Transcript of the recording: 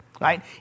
right